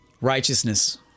righteousness